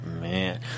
man